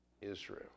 Israel